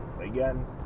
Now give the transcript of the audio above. Again